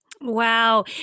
Wow